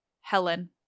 Helen